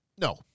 No